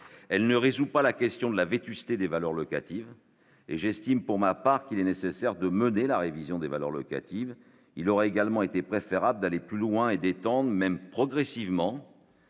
elle ne résout pas la question de la vétusté des valeurs locatives et j'estime pour ma part qu'il est nécessaire de mener la révision des valeurs locatives, il aurait également été préférable d'aller plus loin et temps même progressivement